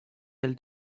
del